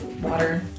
water